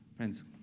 Friends